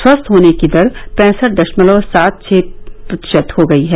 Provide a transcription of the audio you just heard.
स्वस्थ होने की दर पैंसठ दशमलव सात छह प्रतिशत हो गई है